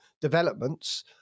developments